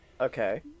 Okay